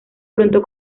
pronto